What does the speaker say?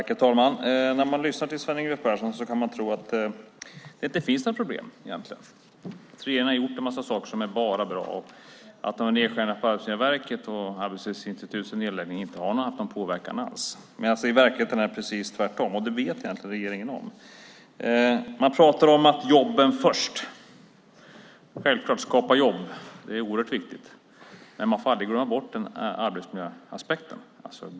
Herr talman! När man lyssnar till Sven Yngve Persson kan man tro att det inte finns några problem, att regeringen har gjort en massa bra saker, att nedskärningarna på Arbetsmiljöverket och nedläggningen av Arbetslivsinstitutet inte har haft någon påverkan alls. Men i verkligheten är det precis tvärtom, och det vet egentligen regeringen om. Man pratar om att jobben kommer först. Det är självklart oerhört viktigt att skapa jobb, men man får inte glömma bort arbetsmiljöaspekten.